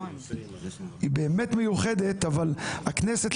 היא באמת מיוחדת אבל הכנסת,